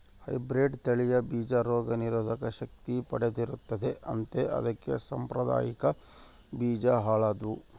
hybrid ತಳಿಯ ಬೀಜ ರೋಗ ನಿರೋಧಕ ಶಕ್ತಿ ಪಡೆದಿರುತ್ತದೆ ಅಂತೆ ಅದಕ್ಕೆ ಸಾಂಪ್ರದಾಯಿಕ ಬೀಜ ಹಾಳಾದ್ವು